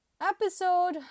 Episode